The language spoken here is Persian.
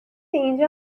اینجا